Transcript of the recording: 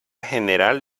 general